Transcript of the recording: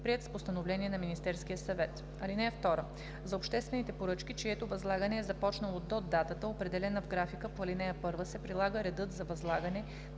приет с постановление на Министерския съвет. (2) За обществените поръчки, чието възлагане е започнало до датата, определена в графика по ал. 1, се прилага редът за възлагане,